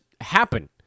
happen